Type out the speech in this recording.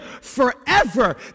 forever